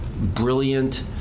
brilliant